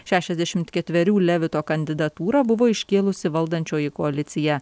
šešiasdešimt ketverių levito kandidatūrą buvo iškėlusi valdančioji koalicija